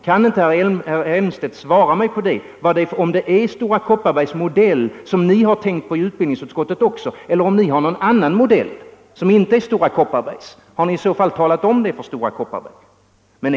Kan inte herr Elmstedt svara mig på det, om det är Stora Kopparbergs modell som ni har tänkt på i utbildningsutskottet också eller om ni har någon annan modell som inte är Stora Kopparbergs. Och har ni i så fall talat om det för Stora Kopparberg?